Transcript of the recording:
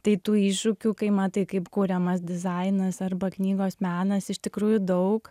tai tų iššūkių kai matai kaip kuriamas dizainas arba knygos menas iš tikrųjų daug